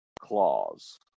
clause